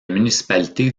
municipalités